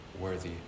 worthy